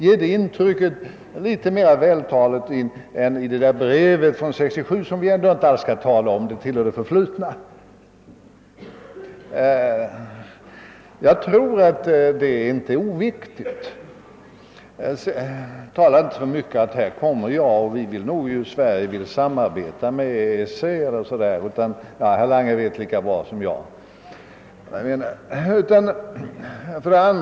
Ge detta intryck något mera vältaligt än i brevet från 1967, som vi i dag inte alls skall tala om; det tillhör väl det förflutna! Jag tror att ett sådant uppträdande inte är oviktigt. Herr Lange skall inte när han kommer till Bryssel bara ge intrycket att Sverige vill samarbeta med EEC o.s.v. herr Lange vet lika väl som jag vad jag menar.